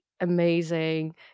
amazing